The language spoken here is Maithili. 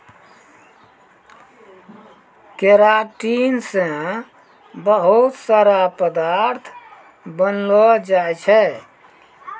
केराटिन से बहुत सारा पदार्थ बनलो जाय छै